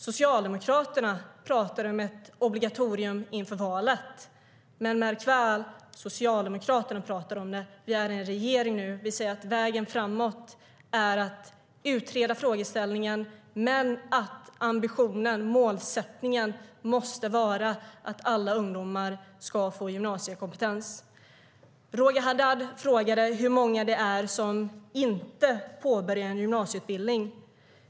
Socialdemokraterna talade om ett obligatorium inför valet. Märk väl: Socialdemokraterna talade om det. Vi ingår i en regering nu. Vi ser att vägen framåt är att utreda frågeställningen men att ambitionen, målsättningen, måste vara att alla ungdomar ska få gymnasiekompetens. Roger Haddad frågade hur många det är som inte påbörjar en gymnasieutbildning.